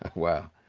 wow.